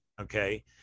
Okay